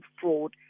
fraud